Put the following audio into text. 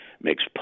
makes